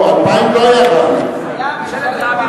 2000 לא היה, ממשלת ברק,